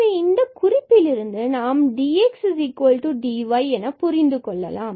இதனை இந்த குறிப்பிலிருந்து நாம் dxdy என புரிந்துகொள்ளலாம்